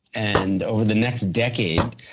and over the next decade,